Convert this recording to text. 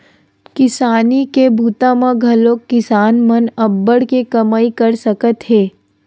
किसानी के बूता म घलोक किसान मन अब्बड़ के कमई कर सकत हे